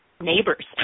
neighbors